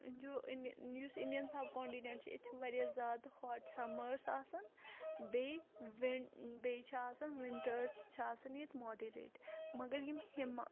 جو یُس Indian subcontinent چھِ ییٚتہِ چھِ واریاہ زیادٕ ہاٹ سَمٲرٕس آسان بیٚیہِ وِنٛڈ بیٚیہِ چھِ آسان وِنٹٲرٕس چھِ آسان ییٚتہِ ماڈِریٹ مگر یِم ہِمہٕ